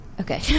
Okay